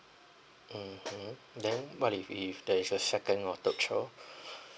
mmhmm then what if if there's a second or third child